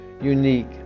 unique